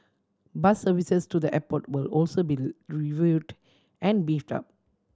bus services to the airport will also be reviewed and beefed up